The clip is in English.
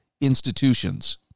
institutions